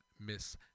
Miss